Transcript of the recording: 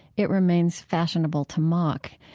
it remains fashionable to mock.